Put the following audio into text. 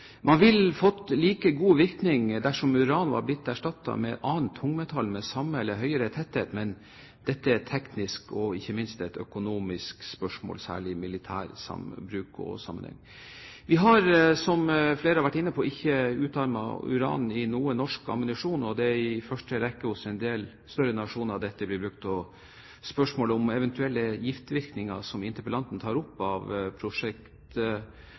Man ville fått like god virkning dersom uran var blitt erstattet med et annet tungmetall med samme eller høyere tetthet, men dette er et teknisk og ikke minst et økonomisk spørsmål, særlig i militær bruk og sammenheng. Vi har, som flere har vært inne på, ikke utarmet uran i noe norsk ammunisjon. Det er i første rekke av en del større nasjoner dette blir brukt, og spørsmålet som interpellanten tar opp om eventuelle giftvirkninger av prosjektfragmenter som